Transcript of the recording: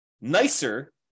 nicer